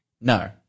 No